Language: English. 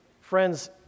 friends